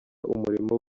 umurimo